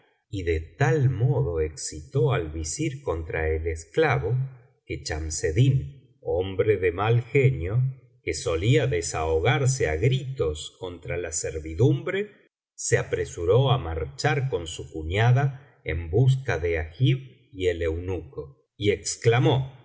y de tal modo excitó al visir contra el esclavo que charaseddin hombre de mal genio que solía desahogarse á gritos contra la servidumbre se apresuró á marchar con su cuñada en busca de agib y el eunuco y exclamó